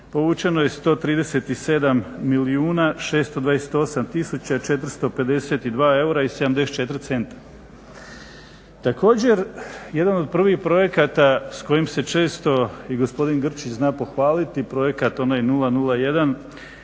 povučeno je 137 milijuna 628 tisuća 452 eura i 74 centra. Također, jedan od prvih projekata s kojim se često i gospodin Grčić zna pohvaliti, projekat onaj "001"